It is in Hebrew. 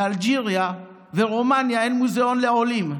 ואלג'יריה ורומניה אין מוזיאון לעולים,